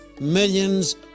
millions